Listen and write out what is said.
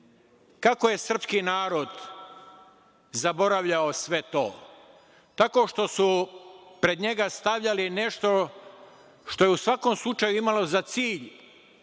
Kako je srpski narod zaboravljao sve to? Tako što su pred njega stavljali nešto što je u svakom slučaju imalo za cilj